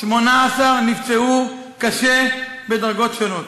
18 נפצעו קשה בדרגות שונות.